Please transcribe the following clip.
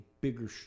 bigger